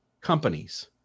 companies